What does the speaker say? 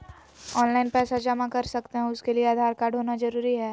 Online पैसा जमा कर सकते हैं उसके लिए आधार कार्ड होना जरूरी है?